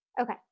Okay